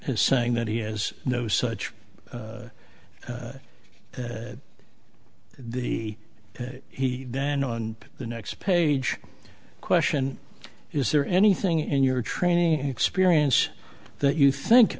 his saying that he has no such that the he then on the next page question is there anything in your training experience that you think